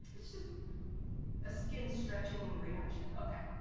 it's just a skin stretching reaction? okay